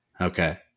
Okay